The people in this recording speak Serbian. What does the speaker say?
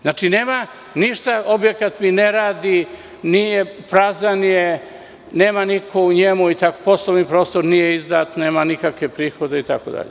Znači, nema objekat mi ne radi, prazan je, nema nikog u njemu, poslovni prostor nije izdat, nema nikakve prihode itd.